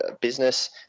business